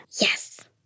Yes